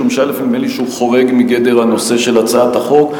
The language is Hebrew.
משום שנדמה לי שהוא חורג מגדר הנושא של הצעת החוק.